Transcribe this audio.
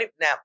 Now